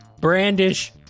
Brandish